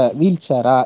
wheelchair